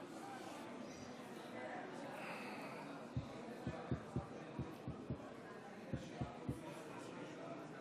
63 חברי כנסת מתנגדים.